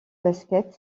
basket